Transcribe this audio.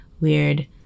weird